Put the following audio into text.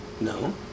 No